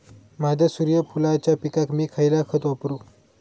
माझ्या सूर्यफुलाच्या पिकाक मी खयला खत वापरू?